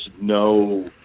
no